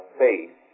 faith